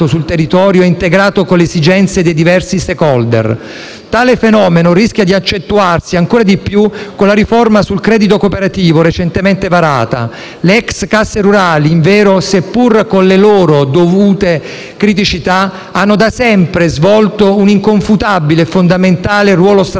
sul territorio e integrato con le esigenze dei diversi *stakeholder*. Tale fenomeno rischia di accentuarsi ancora di più con la riforma del credito cooperativo recentemente varata. Le ex casse rurali, invero, seppur con le loro dovute criticità, hanno, da sempre, svolto un inconfutabile e fondamentale ruolo strategico